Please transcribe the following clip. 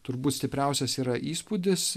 turbūt stipriausias yra įspūdis